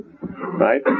Right